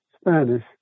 Spanish